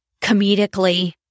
comedically